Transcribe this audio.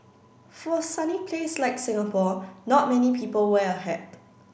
for a sunny place like Singapore not many people wear a hat